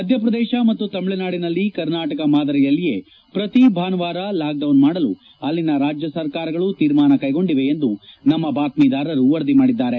ಮಧ್ಯಪ್ರದೇಶ ಮತ್ತು ತಮಿಳುನಾಡಿನಲ್ಲಿ ಕರ್ನಾಟಕ ಮಾದರಿಯಲ್ಲಿಯೇ ಪ್ರತಿ ಭಾನುವಾರ ಲಾಕ್ಡೌನ್ ಮಾಡಲು ಅಲ್ಲಿನ ರಾಜ್ಯ ಸರ್ಕಾರಗಳು ತೀರ್ಮಾನ ಕೈಗೊಂಡಿವೆ ಎಂದು ನಮ್ಮ ಬಾತ್ಮಿದಾರರು ವರದಿ ಮಾಡಿದ್ದಾರೆ